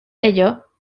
ello